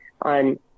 on